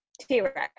T-Rex